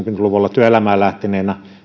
luvulla työelämään lähteneenä